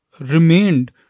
remained